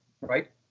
Right